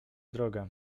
droga